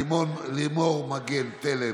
לימור מגן תלם,